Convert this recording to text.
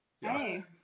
hey